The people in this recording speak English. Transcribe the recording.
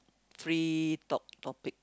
free talk topic